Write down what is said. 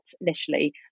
initially